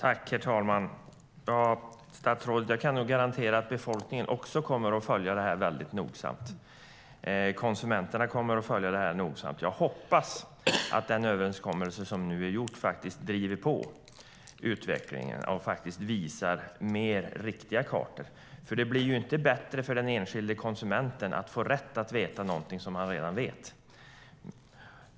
Herr talman! Jag kan nog garantera statsrådet att befolkningen också kommer att följa detta nogsamt. Konsumenterna kommer att följa det här nogsamt. Jag hoppas att den överenskommelse som nu är gjord faktiskt driver på utvecklingen och visar mer riktiga kartor. Det blir ju inte bättre för den enskilde konsumenten att få rätt att veta någonting som han redan vet.